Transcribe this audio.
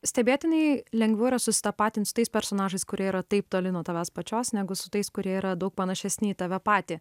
stebėtinai lengviau yra susitapatint su tais personažais kurie yra taip toli nuo tavęs pačios negu su tais kurie yra daug panašesni į tave patį